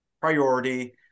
priority